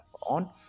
on